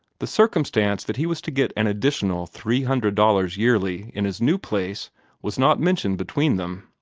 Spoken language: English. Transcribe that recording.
the circumstance that he was to get an additional three hundred dollars yearly in his new place was not mentioned between them.